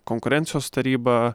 konkurencijos taryba